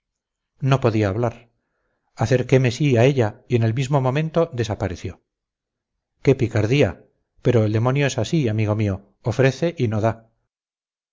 no podía hablar acerqueme sí a ella y en el mismo momento desapareció qué picardía pero el demonio es así amigo mío ofrece y no da